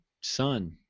son